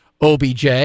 OBJ